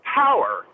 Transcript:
power